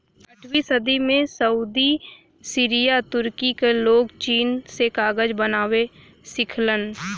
आठवीं सदी में सऊदी सीरिया तुर्की क लोग चीन से कागज बनावे सिखलन